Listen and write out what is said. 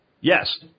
Yes